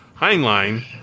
Heinlein